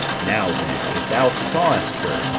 now then if thou sawest her,